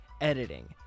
editing